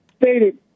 stated